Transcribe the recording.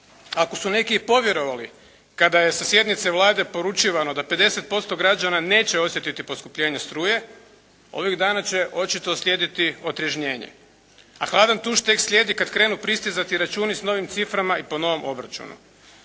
Ako su neki i povjerovali kada je sa sjednice Vlade poručivano da 50% građana neće osjetiti poskupljenje struje, ovih dana će očito slijediti otrežnjenje, a hladan tuš tek slijedi kad krenu pristizati računi s novim ciframa i po novom obračunu.